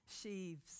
sheaves